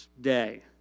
day